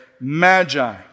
magi